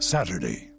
Saturday